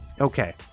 okay